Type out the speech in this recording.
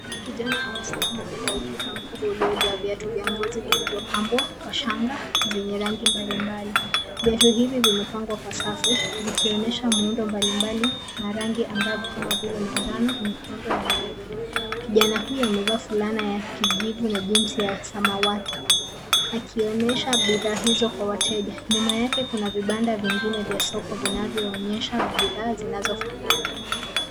Kijana amesimama mbele ya ukuta mkubwa uliojaa viatu vya ngozi vilivyopambwa kwa shanga zenye rangi mbalimbali. Viatu hivi vimepangwa kwa safu vikionesha muundo mbalimbali na rangi angavu kama vile manjano, nyekundo na nyeupe. Kijana huyo amevaa fulana ya kijivu na jeans ya samawati akionyesha bidhaa hizo kwa wateja. Nyuma yake kuna vibanda vingine vya soko vinavyoonyesha bidhaa zinazofanana.